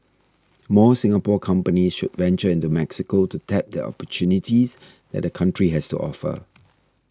more Singapore companies should venture into Mexico to tap the opportunities that the country has to offer